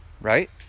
right